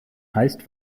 heißt